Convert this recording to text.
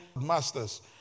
masters